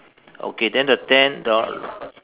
okay then the tent the l~